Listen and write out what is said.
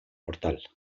portal